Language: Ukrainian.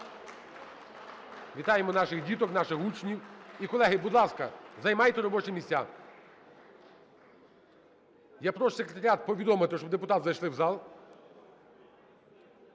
Вітаємо наших діток, наших учнів! І колеги, будь ласка, займайте робочі місця. Я прошу Секретаріат повідомити, щоб депутати зайшли в зал.